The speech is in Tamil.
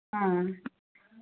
ஆ